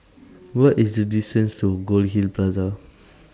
What IS The distance to Goldhill Plaza